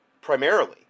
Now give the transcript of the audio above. primarily